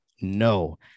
no